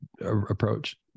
approach